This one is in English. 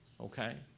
okay